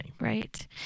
Right